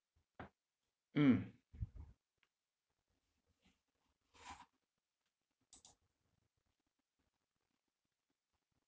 mm